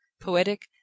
poetic